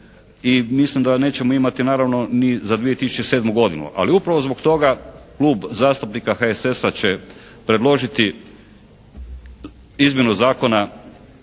i mislim da nećemo imati naravno ni za 2007. godinu, ali upravo zbog toga Klub zastupnika HSS-a će predložiti izmjenu zakona